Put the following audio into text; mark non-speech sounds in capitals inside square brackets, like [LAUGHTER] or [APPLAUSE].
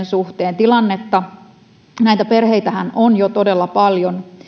[UNINTELLIGIBLE] suhteen näitä perheitähän on jo todella paljon